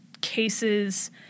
cases